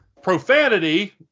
profanity